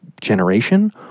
generation